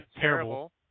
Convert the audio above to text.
terrible